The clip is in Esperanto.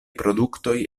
produktoj